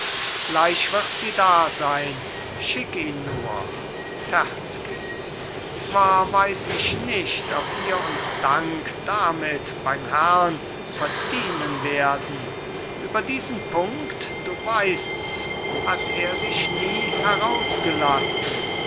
gleich wird sie da sein schick ihn nur terzky zwar weiß ich nicht ob wir uns dank damit beim herrn verdienen werden über diesen punkt du weißts hat er sich nie herausgelassen